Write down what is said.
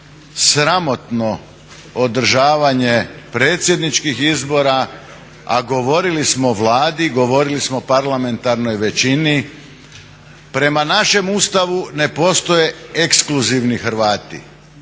sramotno održavanje predsjedničkih izbora a govorili smo Vladi, govorili smo parlamentarnoj većini prema našem Ustavu ne postoje ekskluzivni Hrvati.